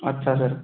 अच्छा सर